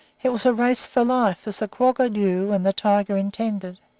it was a race for life, as the quagga knew and the tiger intended.